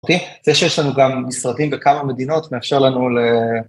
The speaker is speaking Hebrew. זה שיש לנו גם משרדים בכמה מדינות, מאפשר לנו ל...